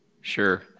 Sure